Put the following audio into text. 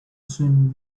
swimming